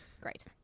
Great